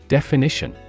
Definition